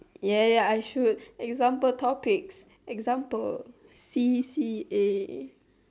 ya ya ya I should example topics example c_c_a